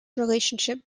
relationship